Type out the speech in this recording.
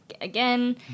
again